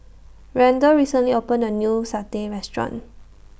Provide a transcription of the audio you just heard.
Randle recently opened A New Satay Restaurant